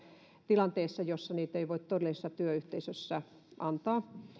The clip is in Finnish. tilanteessa jossa niitä ei voi todellisessa työyhteisössä antaa